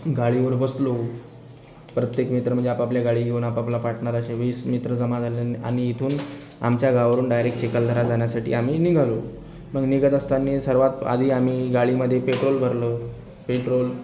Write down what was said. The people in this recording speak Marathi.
गाडीवर बसलो प्रत्येक मित्र म्हणजे आपआपल्या गाडी घेऊन आपआपला पार्टनर असे वीस मित्र जमा झाले आणि इथून आमच्या गावावरून डायरेक्ट चिखलदऱ्याला जाण्यासाठी आम्ही निघालो मग निघत असताना सर्वात आधी आम्ही गाडीमध्ये पेट्रोल भरलं पेट्रोल